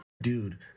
Dude